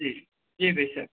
जी जी बेशक